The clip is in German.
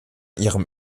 ihrem